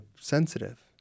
sensitive